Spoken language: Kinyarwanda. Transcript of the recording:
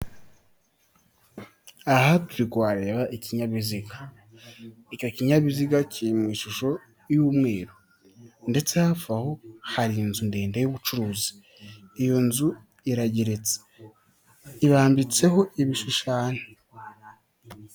Aha turi kuhareba ikinyabiziga, icyo kinyabiziga kiri mu ishusho y'umweru ndetse hafi aho hari inzu ndende y'ubucuruzi, iyo nzu irageretse, irambitseho ibishushanyo.